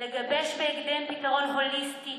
הרלוונטיים לגבש בהקדם פתרון הוליסטי